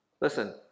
Listen